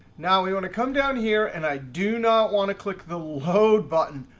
now we want to come down here, and i do not want to click the load button.